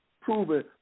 proven